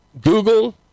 Google